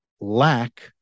lack